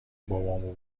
بابامو